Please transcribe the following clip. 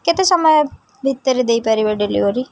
କେତେ ସମୟ ଭିତରେ ଦେଇପାରିବେ ଡେଲିଭରି